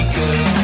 good